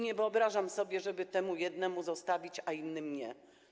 Nie wyobrażam sobie, żeby temu jednemu coś zostawić, a innym nie.